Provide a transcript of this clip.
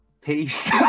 peace